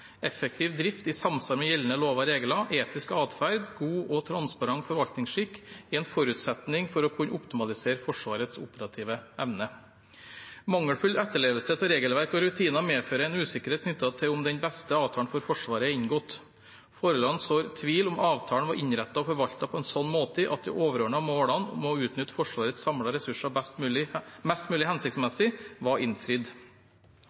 Effektiv drift i samsvar med gjeldende lover og regler, etisk atferd, god og transparent forvaltningsskikk er en forutsetning for å kunne optimalisere Forsvarets operative evne. Mangelfull etterlevelse av regelverk og rutiner medfører en usikkerhet knyttet til om den beste avtalen for Forsvaret er inngått. Forholdene sår tvil om avtalen var innrettet og forvaltet på en sånn måte at de overordnede målene om å utnytte Forsvarets samlede ressurser mest mulig